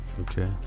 Okay